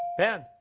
ben?